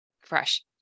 Fresh